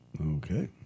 Okay